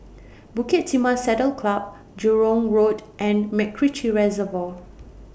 Bukit Timah Saddle Club Jurong Road and Macritchie Reservoir